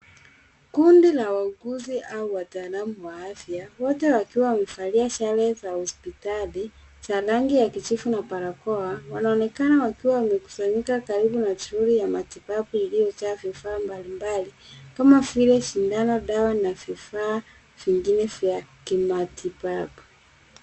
Kundi la waaguzi au wataalamu wa afya, wote wakiwa wamevalia sare za hospitali za rangi ya kijivu na barakoa. Wanaonekana wakiwa wamekusanyika karibu na troli ya matibabu iliyojaa vifaa mbalimbali kama vile sindano, dawa na vifaa vingine vya kimatibabu.